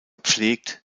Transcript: pflegt